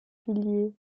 piliers